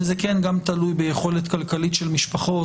זה כן גם תלוי ביכולת כלכלית של משפחות,